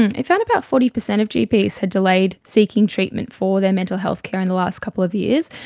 and it found about forty percent of gps had delayed seeking treatment for their mental health care in the last couple of years.